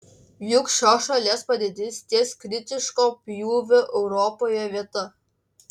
juk šios šalies padėtis ties kritiško pjūvio europoje vieta